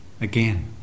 again